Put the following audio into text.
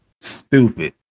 stupid